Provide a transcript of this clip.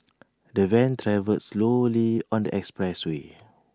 the van travelled slowly on the expressway